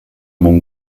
mon